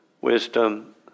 wisdom